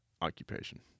Occupation